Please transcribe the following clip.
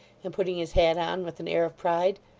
and putting his hat on with an air of pride.